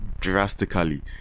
drastically